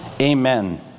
amen